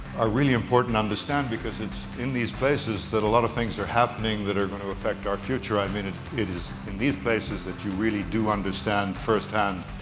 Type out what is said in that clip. are really important to understand because it's in these places that a lot of things are happening that are going to affect our future. i mean, it it is in these places that you really do understand firsthand